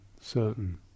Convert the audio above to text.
certain